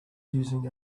using